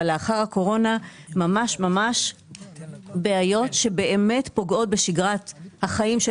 לאחר הקורונה ממש בעיות שבאמת פוגעות בשגרת החיים של